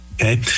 Okay